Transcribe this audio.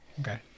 Okay